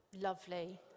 Lovely